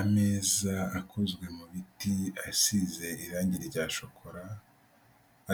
Ameza akozwe mu biti asize irangi rya shokora,